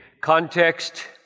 context